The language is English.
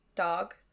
dog